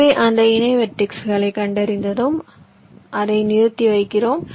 எனவே அந்த இணை வெர்ட்டிஸ்களை கண்டறிந்ததும் அதை நிறுத்தி வைக்கிறோம்